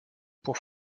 pour